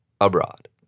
abroad